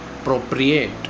appropriate